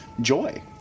joy